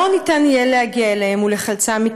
לא תהיה אפשרות להגיע אליהם ולחלצם,